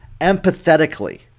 empathetically